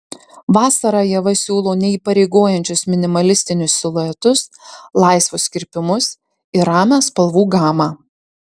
vasarą ieva siūlo neįpareigojančius minimalistinius siluetus laisvus kirpimus ir ramią spalvų gamą